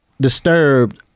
disturbed